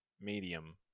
Medium